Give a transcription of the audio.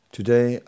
Today